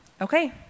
Okay